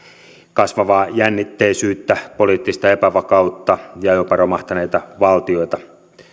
kasvavaa jännitteisyyttä poliittista epävakautta ja jopa romahtaneita valtioita